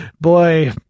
boy